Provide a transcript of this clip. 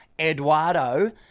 Eduardo